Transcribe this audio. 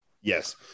Yes